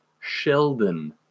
Sheldon